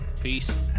peace